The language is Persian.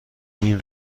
این